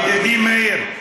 ידידי מאיר,